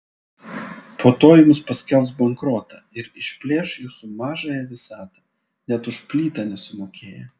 po to jums paskelbs bankrotą ir išplėš jūsų mažąją visatą net už plytą nesumokėję